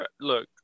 Look